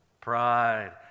Pride